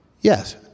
yes